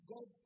God